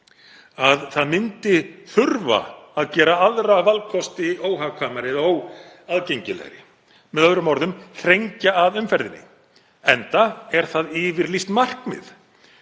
að það myndi þurfa að gera aðra valkosti óhagkvæmari eða óaðgengilegri, með öðrum orðum að þrengja að umferðinni, enda er það yfirlýst markmið.